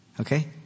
Okay